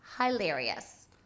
hilarious